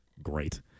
great